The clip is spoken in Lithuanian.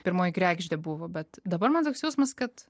pirmoji kregždė buvo bet dabar man toks jausmas kad